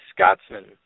Scotsman